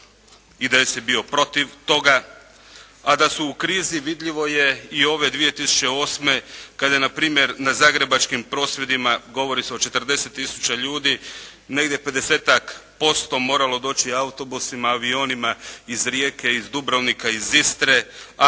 IDS je bio protiv toga, a da su u krizi vidljivo je i ove 2008. kada je na primjer na zagrebačkim prosvjedima govori se o 40000 ljudi negdje 50% moralo doći autobusima, avionima iz Rijeke, iz Dubrovnika, iz Istre, a